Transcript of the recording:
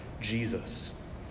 Jesus